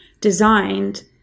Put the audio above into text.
designed